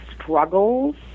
struggles